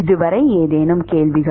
இதுவரை ஏதேனும் கேள்விகள்